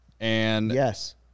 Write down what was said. Yes